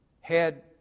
head